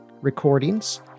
recordings